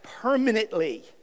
permanently